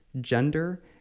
gender